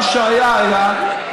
מה שהיה היה,